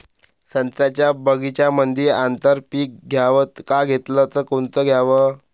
संत्र्याच्या बगीच्यामंदी आंतर पीक घ्याव का घेतलं च कोनचं घ्याव?